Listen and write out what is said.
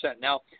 Now